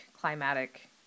climatic